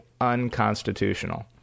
unconstitutional